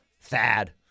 Thad